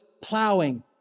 plowing